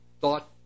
thought